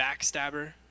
backstabber